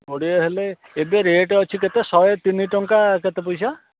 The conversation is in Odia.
କୋଡ଼ିଏ ହେଲେ ଏବେ ରେଟ୍ ଅଛି କେତେ ଶଏ ତିନି ଟଙ୍କା କେତେ ପଇସା